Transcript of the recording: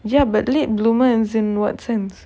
ya but late bloomer as in what sense